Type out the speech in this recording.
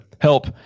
help –